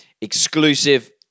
exclusive